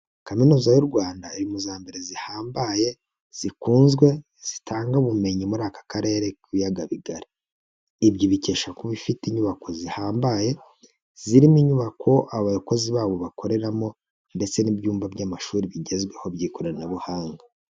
Kaminuza y'u Rwanda iri mu za mbere zihambaye, zikunzwe, zitanga ubumenyi muri aka karere k'ibiyaga bigari. Ibyo ibikesha kuba ifite inyubako zihambaye, zirimo inyubako abakozi babo bakoreramo ndetse n'ibyumba by'amashuri bigezweho by'ikoranabuhanga.